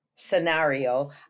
scenario